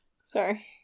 sorry